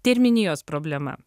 terminijos problema